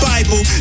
Bible